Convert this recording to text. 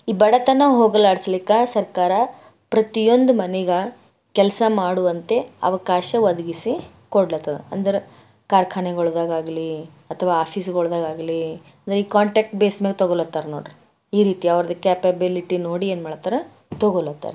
ಈ ಬಡತನ ಹೋಗಲಾಡಿಸ್ಲಿಕ್ಕೆ ಸರ್ಕಾರ ಪ್ರತಿಯೊಂದು ಮನೆಗೆ ಕೆಲಸ ಮಾಡುವಂತೆ ಅವಕಾಶ ಒದಗಿಸಿ ಕೊಡ್ಲತ್ತದ ಅಂದ್ರೆ ಕಾರ್ಖಾನೆಗೊಳ್ದಾಗಾಗ್ಲಿ ಅಥವಾ ಆಫೀಸ್ಗೋಳ್ದಾಗಾಗ್ಲಿ ಲೈಕ್ ಕಾಂಟಾಕ್ಟ್ ಬೇಸ್ ಮೇಗ್ ತಗೊಳಾತ್ತಾರ್ ನೋಡ್ರಿ ಈ ರೀತಿ ಅವ್ರದ್ದು ಕೆಪಾಬಿಲಿಟಿ ನೋಡಿ ಏನ್ಮಾಡ್ತಾರ ತಗೊಳಾತ್ತಾರ